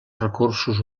recursos